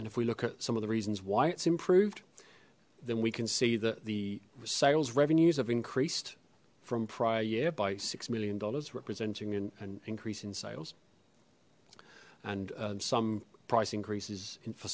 and if we look at some of the reasons why it's improved then we can see that the sales revenues have increased from prior year by six million dollars representing an increase in sales and some price increases in for